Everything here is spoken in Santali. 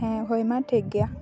ᱦᱮᱸ ᱦᱳᱭ ᱢᱟ ᱴᱷᱤᱠ ᱜᱮᱭᱟ